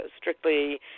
strictly